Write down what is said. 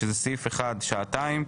שזה סעיף 1 שעתיים,